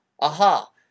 aha